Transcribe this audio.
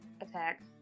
attack